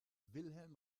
wilhelm